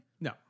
No